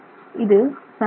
இது sun wheel